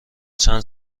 چند